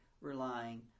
relying